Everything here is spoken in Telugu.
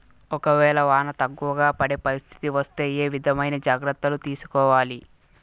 ఒక వేళ వాన తక్కువ పడే పరిస్థితి వస్తే ఏ విధమైన జాగ్రత్తలు తీసుకోవాలి?